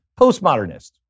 Postmodernist